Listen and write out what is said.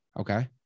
Okay